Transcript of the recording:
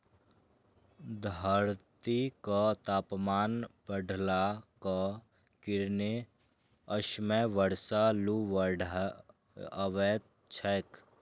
धरतीक तापमान बढ़लाक कारणें असमय बर्षा, लू, बाढ़ि अबैत छैक